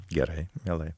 gerai mielai